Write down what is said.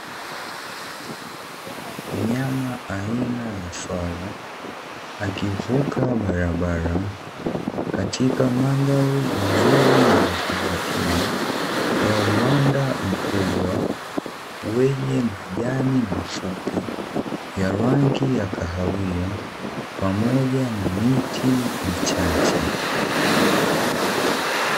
Mnyama aina ya swala, akivuka barabara katika mandhari nzuri na ya kuvutia ya uwanda mkubwa wenye majani mafupi ya rangi ya kahawia, pamoja na miti michache.